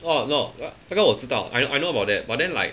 orh no 那那个我知道 I I know about that but then like